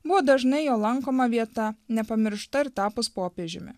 buvo dažnai jo lankoma vieta nepamiršta ir tapus popiežiumi